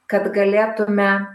kad galėtume